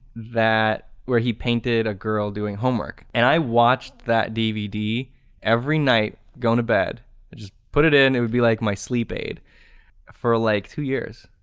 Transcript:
where he painted a girl doing homework and i watched that dvd every night going to bed. i just put it in, it would be like my sleep aid for ah like two years.